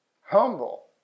Humble